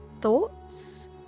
Thoughts